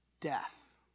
death